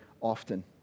often